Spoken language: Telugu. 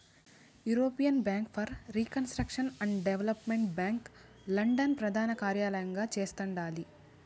European bank for reconstruction and development bank London ప్రదానకార్యలయంగా చేస్తండాలి